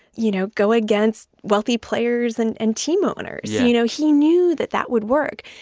you know, go against wealthy players and and team owners. you know, he knew that that would work.